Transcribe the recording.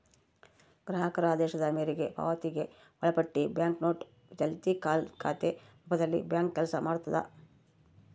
ಗ್ರಾಹಕರ ಆದೇಶದ ಮೇರೆಗೆ ಪಾವತಿಗೆ ಒಳಪಟ್ಟಿ ಬ್ಯಾಂಕ್ನೋಟು ಚಾಲ್ತಿ ಖಾತೆ ರೂಪದಲ್ಲಿಬ್ಯಾಂಕು ಕೆಲಸ ಮಾಡ್ತದ